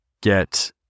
get